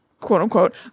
quote-unquote